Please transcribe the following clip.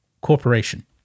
Corporation